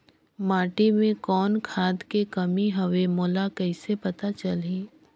माटी मे कौन खाद के कमी हवे मोला कइसे पता चलही?